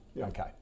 Okay